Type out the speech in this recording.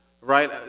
right